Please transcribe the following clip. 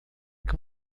que